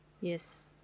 Yes